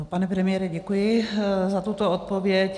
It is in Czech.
Pane premiére, děkuji za tuto odpověď.